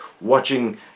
watching